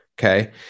Okay